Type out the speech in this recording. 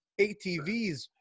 ATVs